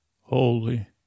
Holy